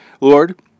Lord